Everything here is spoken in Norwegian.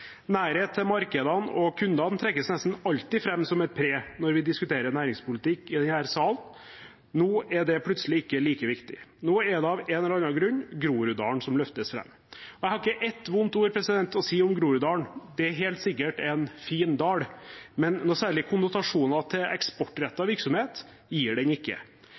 Nærhet til markedene og kundene trekkes nesten alltid fram som et pre når vi diskuterer næringspolitikk i denne salen. Nå er det plutselig ikke like viktig, nå er det av en eller annen grunn Groruddalen som løftes fram. Jeg har ikke ett vondt ord å si om Groruddalen, det er helt sikkert en fin dal, men noen særlig konnotasjoner til eksportrettet virksomhet gir den ikke.